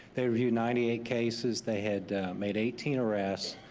they reviewed ninety eight cases, they had made eighteen arrests,